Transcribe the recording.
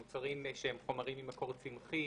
מוצרים שהם ממקור צמחי,